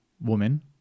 woman